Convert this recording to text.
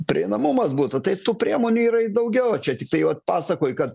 prieinamumas būtų tai tų priemonių yra ir daugiau čia tiktai vat pasakoji kad